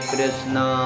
Krishna